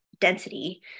density